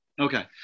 Okay